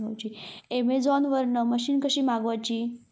Amazon वरन machine कशी मागवची?